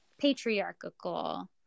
patriarchal